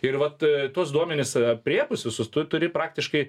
ir vat tuos duomenis aprėpus visus tu turi praktiškai